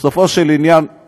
בסופו של עניין,